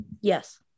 Yes